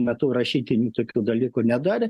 metu rašytinių tokių dalykų nedarė